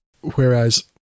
Whereas